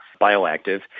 bioactive